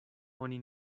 oni